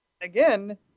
again